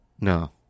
No